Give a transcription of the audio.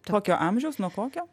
kokio amžiaus nuo kokio